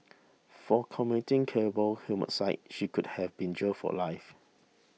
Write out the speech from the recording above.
for committing cable homicide she could have been jailed for life